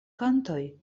kantoj